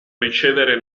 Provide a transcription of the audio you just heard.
ricevere